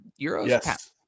Euros